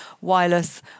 wireless